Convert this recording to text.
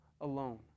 alone